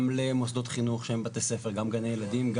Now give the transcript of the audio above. גם למוסדות חינוך שהם בתי ספר, גם גני ילדים.